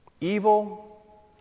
Evil